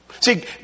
See